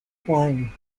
twine